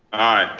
aye.